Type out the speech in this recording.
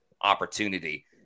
opportunity